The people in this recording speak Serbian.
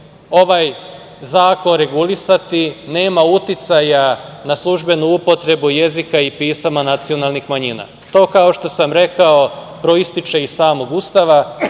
ovaj zakon regulisati nema uticaja na službenu upotrebu jezika i pisama nacionalnih manjina. To kao što sam rekao, proističe iz samog Ustava,